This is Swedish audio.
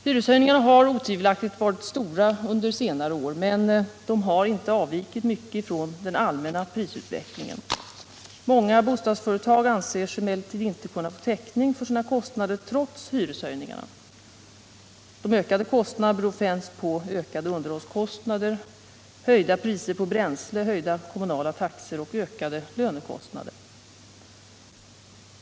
Hyreshöjningarna har otvivelaktigt varit stora under senare år, men de har inte avvikit mycket från den allmänna prisutvecklingen. Många bostadsföretag anser sig emellertid inte kunna få täckning för sina kostnader trots hyreshöjningarna. De ökade kostnaderna beror främst på ökade underhållskostnader, höjda priser på bränsle, höjda kommunala taxor och ökade lönekostnader.